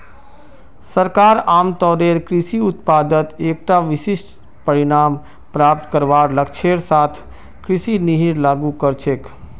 सरकार आमतौरेर कृषि उत्पादत एकता विशिष्ट परिणाम प्राप्त करवार लक्ष्येर साथ कृषि नीतिर लागू कर छेक